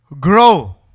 Grow